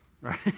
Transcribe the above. Right